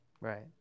Right